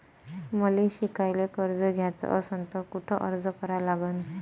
मले शिकायले कर्ज घ्याच असन तर कुठ अर्ज करा लागन?